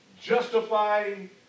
justifying